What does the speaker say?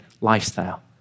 lifestyle